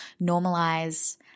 normalize